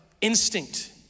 instinct